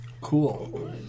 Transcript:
Cool